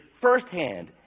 firsthand